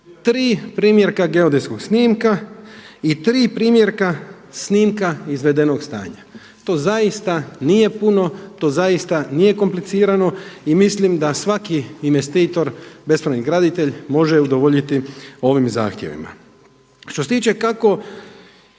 tri primjerka geodetskog snimka i tri primjerka snimka izvedenog stanja. To zaista nije puno, to zaista nije komplicirano i mislim da svaki investitor, bespravni graditelj može udovoljiti ovim zahtjevima. Što se tiče kako